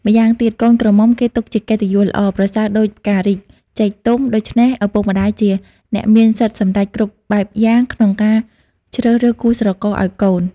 ម្យ៉ាងទៀត កូនក្រមុំគេទុកជាកិត្តិយសល្អ ប្រសើរដូចផ្ការីក ចេកទុំ ដូច្នេះ ឪពុកម្ដាយជាអ្នកមានសិទ្ធិសម្រេចគ្រប់បែបយ៉ាងក្នុងការជ្រើសរើសគូស្រករឲ្យកូន ។